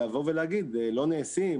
לבוא ולהגיד לא נעשים,